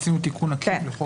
עשינו תיקון.